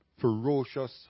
ferocious